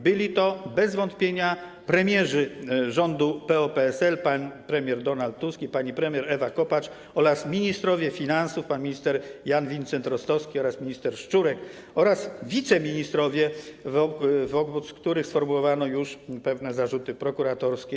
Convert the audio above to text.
Byli to bez wątpienia premierzy rządów PO-PSL: pan premier Donald Tusk i pani premier Ewa Kopacz, ministrowie finansów: pan minister Jan Vincent-Rostowski oraz minister Szczurek, a także wiceministrowie, wobec których sformułowano już pewne zarzuty prokuratorskie.